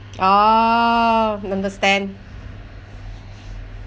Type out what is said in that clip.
oh understand